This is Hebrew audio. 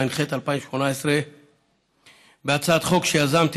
התשע"ח 2018. בהצעת החוק,